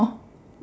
hor